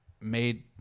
made